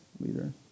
leader